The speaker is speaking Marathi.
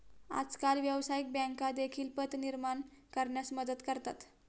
आजकाल व्यवसायिक बँका देखील पत निर्माण करण्यास मदत करतात